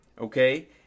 okay